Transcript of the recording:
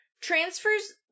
transfers